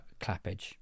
clappage